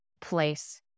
place